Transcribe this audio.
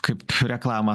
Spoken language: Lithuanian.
kaip reklamą